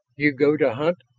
you go to hunt?